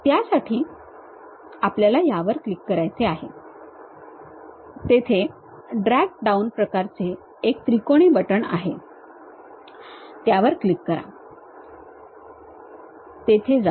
त्यासाठी आपल्याला यावर क्लिक करायचे आहे तेथे ड्रॅग डाउन प्रकारचे एक त्रिकोणी बटण आहे त्यावर क्लिक करा तेथे जा